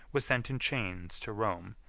was sent in chains to rome,